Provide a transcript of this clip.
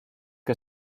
que